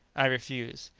i refuse.